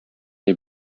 jej